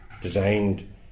designed